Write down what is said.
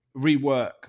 rework